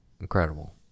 incredible